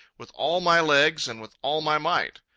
with all my legs and with all my might.